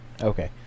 Okay